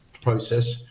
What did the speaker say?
process